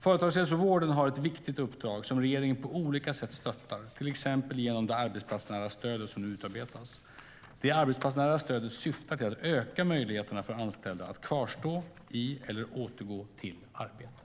Företagshälsovården har ett viktigt uppdrag som regeringen på olika sätt stöttar, till exempel genom det arbetsplatsnära stöd som nu utarbetas. Det arbetsplatsnära stödet syftar till att öka möjligheterna för anställda att kvarstå eller återgå i arbete.